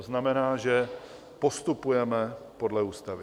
To znamená, že postupujeme podle ústavy.